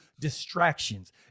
distractions